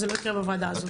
זה לא יקרה בוועדה הזאת.